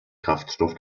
kraftstoff